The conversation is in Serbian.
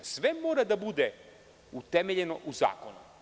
Sve mora da bude utemeljeno u zakonu.